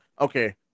Okay